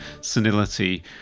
senility